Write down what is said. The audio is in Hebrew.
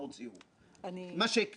שקצת